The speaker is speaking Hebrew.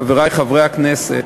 חברי חברי הכנסת,